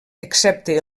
excepte